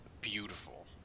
beautiful